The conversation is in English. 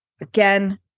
Again